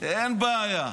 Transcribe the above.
אין בעיה.